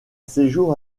séjour